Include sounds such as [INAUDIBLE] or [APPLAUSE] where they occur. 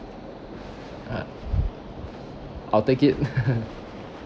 ah I'll take it [LAUGHS]